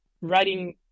writing